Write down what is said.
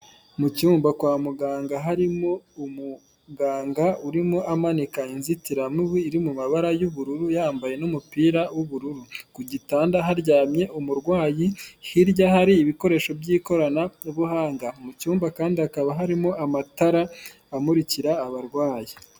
Mu cyumba kwa muganga harimo umuganga urimo amanika inzitiramubu iri mu mabara y'ubururu, yambaye n'umupira w'ubururu, ku gitanda haryamye umurwayi, hirya hari ibikoresho by'ikoranabuhanga, mu cyumba kandi hakaba harimo amatara amurikira abarwayi.